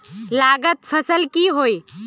लागत फसल की होय?